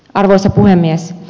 arvoisa puhemies